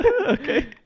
okay